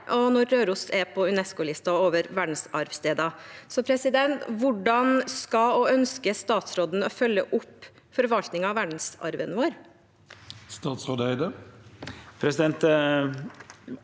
også når Røros er på UNESCO-listen over verdensarvsteder. Hvordan skal og ønsker statsråden å følge opp forvaltningen av verdensarven vår? Statsråd Espen